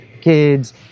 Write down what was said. kids